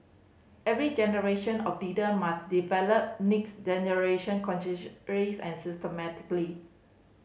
every generation of leader must develop next generation consciously and systematically